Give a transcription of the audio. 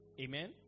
Amen